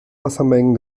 wassermengen